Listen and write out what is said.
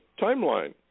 timeline